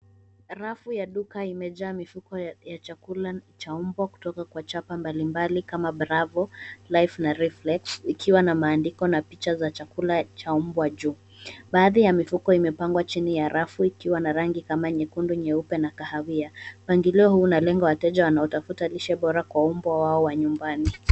Rafu ya duka imejaa mifuko ya chakula cha mbwa kutoka kwa chapa mbalimbali kama, Bravo, Life na Reflex, ikiwa na maandiko na picha za chakula cha mbwa juu. Baadhi ya mifuko imepangwa chini ya rafu ikiwa na rangi kama nyekundu, nyeupe na kahawia. Mpangilio huu unalenga wateja wanaotafuta lishe bora kwa mbwa wao wa nyumbani.